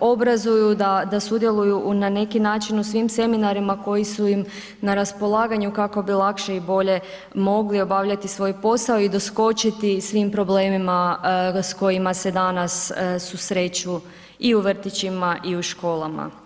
obrazuju, da sudjeluju na neki način u svim seminarima koji su im na raspolaganju kako bi lakše i bolje mogli obavljati svoj posao i doskočiti svim problemima s kojima se danas susreću i u vrtićima i u školama.